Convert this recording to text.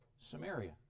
Samaria